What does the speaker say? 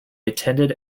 attended